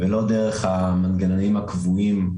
ולא דרך המנגנונים הקבועים,